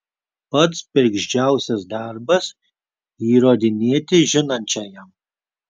pats bergždžiausias darbas įrodinėti žinančiajam